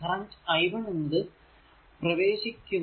current i1 എന്നത് പ്രവേശിക്കുന്നു